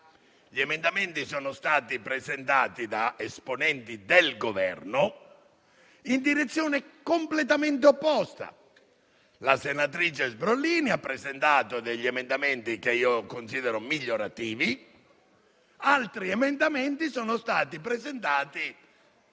Gli emendamenti sono stati presentati da esponenti del Governo in direzione completamente opposta. La senatrice Sbrollini ha presentato degli emendamenti che considero migliorativi; altri emendamenti sono stati presentati,